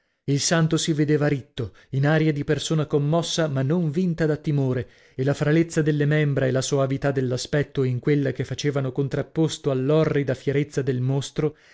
il santo si vedeva ritto in aria di persona commossa ma non vinta da timore e la fralezza delle membra e la soavità dell'aspetto in quella che facevano contrapposto all'orrida fierezza del mostro